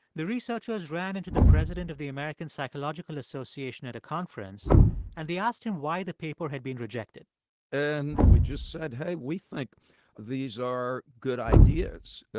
the researchers ran into the president of the american psychological association at a conference and they asked him why the paper had been rejected and we just said, hey, we think these are good ideas.